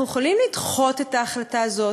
אנחנו יכולים לדחות את ההחלטה הזאת.